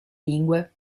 lingue